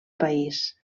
país